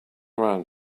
around